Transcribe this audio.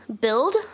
build